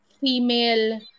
female